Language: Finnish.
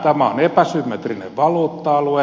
tämä on epäsymmetrinen valuutta alue